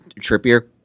Trippier